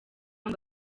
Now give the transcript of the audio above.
ngo